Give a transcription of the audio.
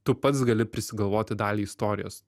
tu pats gali prisigalvoti dalį istorijos